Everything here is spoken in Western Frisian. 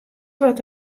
wat